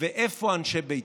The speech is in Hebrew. ואיפה אנשי בית"ר?